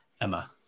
Emma